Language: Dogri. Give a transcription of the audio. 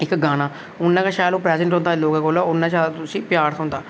ते इक्क गाना उन्ना गै शैल ओह् प्रजेंट लोड़दा दूए कोला इन्ना जादा उसी प्यार थ्होंदा